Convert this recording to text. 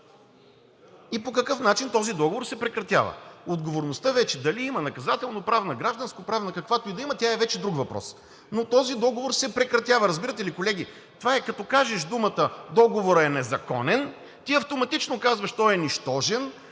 и по какъв начин този договор се прекратява. Отговорността вече дали има наказателноправна, гражданскоправна, каквато и да има, тя е вече друг въпрос. Но този договор се прекратява. Разбирате ли, колеги, това е, като кажеш думата „договорът е незаконен“, ти автоматично казваш „той е нищожен“